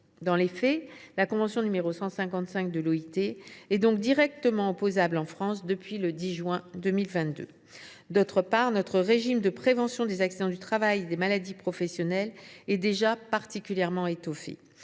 Dans les faits, la convention n° 155 de l’OIT est donc directement opposable, en France, depuis le 10 juin 2022. Par ailleurs, notre régime de prévention des accidents du travail et des maladies professionnelles est déjà particulièrement étoffé.